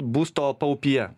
būsto paupyje